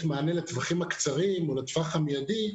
מענה לטווחים הקצרים או לטווח המידי,